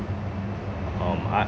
um I